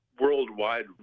worldwide